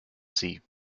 sie